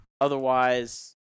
otherwise